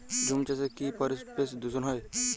ঝুম চাষে কি পরিবেশ দূষন হয়?